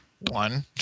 one